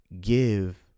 give